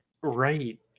Right